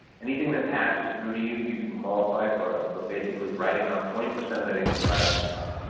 anything that passes through to you, you can qualify for ah for basically writing off twenty twenty percent of that income right off the top.